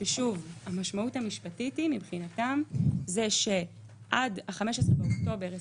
שוב, המשמעות המשפטית היא שעד ה-15 באוקטובר 2021,